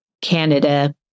Canada